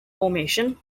formation